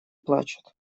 плачет